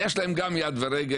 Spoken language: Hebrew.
יש להן גם יד ורגל,